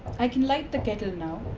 i can light the kettle now.